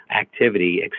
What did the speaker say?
activity